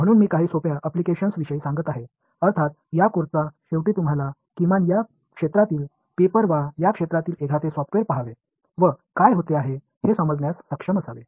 म्हणून मी काही सोप्या अप्लिकेशन्स विषयी सांगत आहे अर्थात या कोर्सच्या शेवटी तुम्हाला किमान या क्षेत्रातील पेपर वा या क्षेत्रातील एखादे सॉफ्टवेअर पाहावे व काय होत आहे हे समजण्यास सक्षम असावे